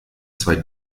zwei